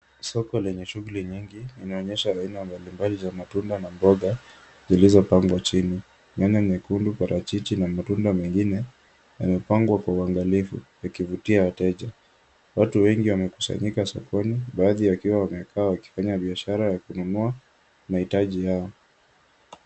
Soko lenye shughuli nyingi inaonyesha aina mbalimbali za matunda na mboga zilizopangwa chini. Nyanya nyekundu, parachichi na matunda mengine yamepangwa kwa uangalifu yakivutia wateja. Watu wengi wamekusanyika sokoni, baadhi wakiwa wamekaa wakifanya biashara ya kununua mahitaji yao.